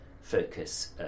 focus